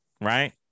right